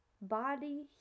body